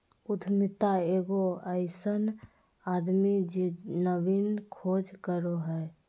उद्यमिता एगो अइसन आदमी जे नवीन खोज करो हइ